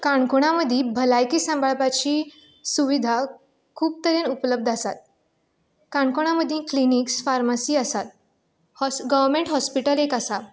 काणकोणा मदीं भलायकी सांबाळपाची सुवीधा खूब तरेन उपलब्ध आसात काणकोणा मदीं क्लिनिक्स फार्मासी आसात हाॅस गव्हरमेंट हाॅस्पिटल एक आसा